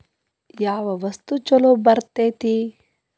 ಯಾವ ವಸ್ತು ಛಲೋ ಬರ್ತೇತಿ?